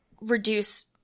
reduce